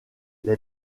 les